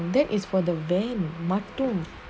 that is for the van that is for the van